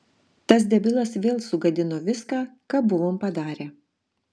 tas debilas vėl sugadino viską ką buvom padarę